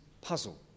puzzle